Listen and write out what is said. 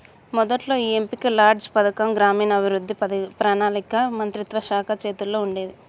మొదట్లో ఈ MP LADS పథకం గ్రామీణాభివృద్ధి పణాళిక మంత్రిత్వ శాఖ చేతుల్లో ఉండేది